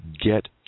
get